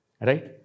Right